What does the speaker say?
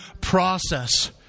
process